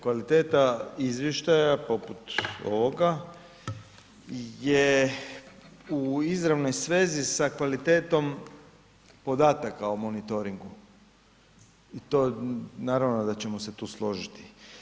Kvaliteta izvještaja poput ovoga je u izravnoj svezi sa kvalitetom podataka o monitoringu i to naravno da ćemo se tu složiti.